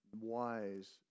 wise